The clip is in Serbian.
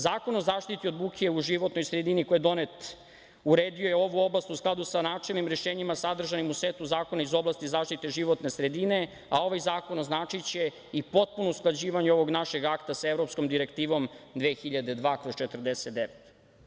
Zakon o zaštiti od buke u životnoj sredini, koji je donet, uredio je ovu oblast u skladu sa načelnim rešenjima sadržanim u setu zakona iz oblasti zaštite životne sredine, a ovaj zakon označiće i potpuno usklađivanje ovog našeg akta sa Evropskom direktivom 2002/49.